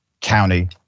County